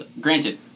granted